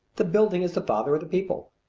the building is the father of the people.